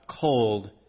cold